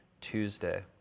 Tuesday